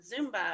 Zumba